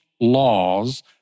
laws